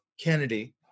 Kennedy